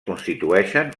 constitueixen